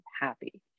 happy